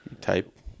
type